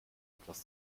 etwas